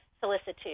solicitude